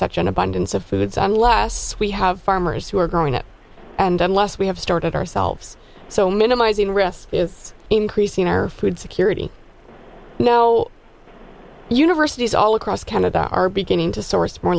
such an abundance of foods unless we have farmers who are growing up and unless we have started ourselves so minimizing risk is increasing our food security you know universities all across canada are beginning to source more